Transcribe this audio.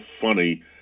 funny